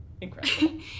incredible